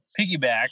piggyback